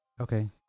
Okay